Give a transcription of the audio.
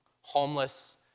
Homeless